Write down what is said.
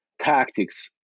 tactics